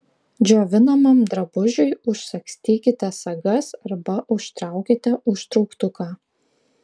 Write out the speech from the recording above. džiovinamam drabužiui užsagstykite sagas arba užtraukite užtrauktuką